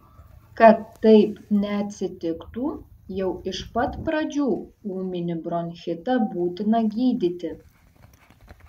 kad taip neatsitiktų jau iš pat pradžių ūminį bronchitą būtina gydyti